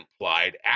implied